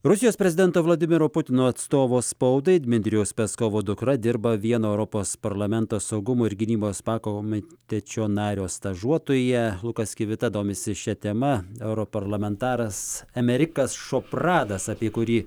rusijos prezidento vladimiro putino atstovo spaudai dmitrijaus peskovo dukra dirba vieno europos parlamento saugumo ir gynybos pakomitečio nario stažuotoja lukas kivita domisi šia tema europarlamentaras emerikas šopradas apie kurį